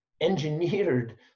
engineered